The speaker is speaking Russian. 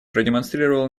продемонстрировала